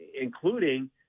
including